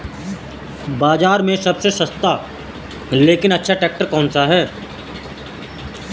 बाज़ार में सबसे सस्ता लेकिन अच्छा ट्रैक्टर कौनसा है?